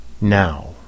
Now